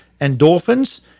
endorphins